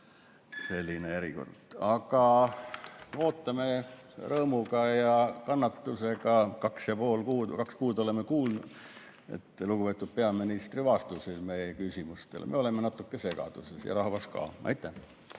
erikord. Aga ootame rõõmu ja kannatusega, kaks kuud oleme oodanud lugupeetud peaministri vastuseid meie küsimustele. Me oleme natuke segaduses ja rahvas ka. Aitäh!